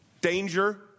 Danger